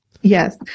yes